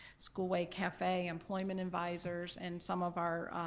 school way cafe, employment advisors and some of our